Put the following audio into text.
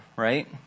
Right